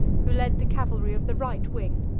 who led the cavalry of the right wing.